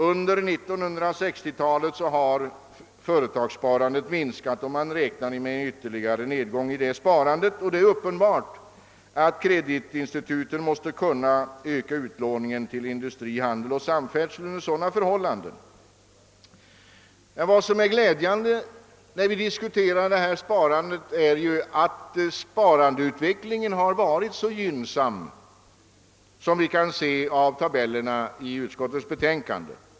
Under 1960-talet har företagssparandet minskat, och man räknar med en ytterligare nedgång i det sparandet. Det är alldeles uppenbart att kreditinstituten under sådana förhållanden måste kunna öka sin utlåning till industri, handel och samfärdsel. Det glädjande med sparandet är emellertid att sparandeutvecklingen har varit så gynnsam som vi kan utläsa av de tabeller som återfinnes i utskottets betänkande.